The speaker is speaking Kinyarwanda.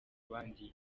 bandi